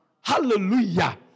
Hallelujah